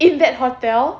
in that hotel